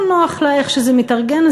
לא נוח לה איך שזה מתארגן,